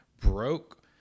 broke